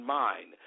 mind